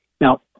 Now